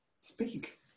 Speak